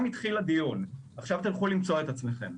התחיל הדיון עכשיו תלכו למצוא את עצמכם.